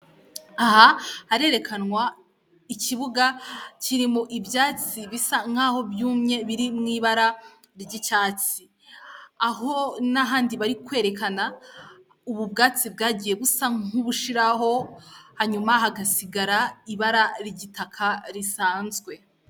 Aha harerekanwa ikibuga kiririmo ibyatsi bisa nk'aho byumye biri mu ibara ry'icyatsi, aho n'ahandi bari kwerekana ubu bwatsi bwagiye busa nk'ubushiraho hanyuma hagasigara ibara ry'igitaka risanzwe.